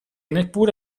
neppure